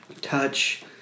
touch